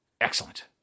Excellent